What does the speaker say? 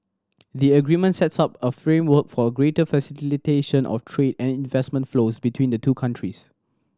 the agreement sets up a framework for a greater facilitation of trade and investment flows between the two countries